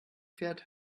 fährt